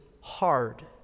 hard